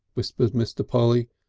whispered mr. polly.